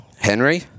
Henry